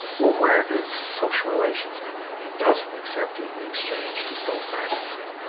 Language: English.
where does social relations come in? it doesn't, except in the exchange to self-maximize.